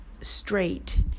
straight